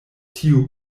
tio